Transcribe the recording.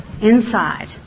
inside